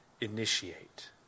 initiate